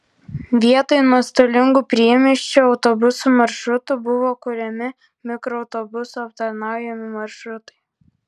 vietoj nuostolingų priemiesčio autobusų maršrutų buvo kuriami mikroautobusų aptarnaujami maršrutai